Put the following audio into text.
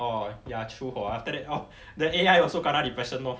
oh ya true hor after that oh the A_I also kena depression lor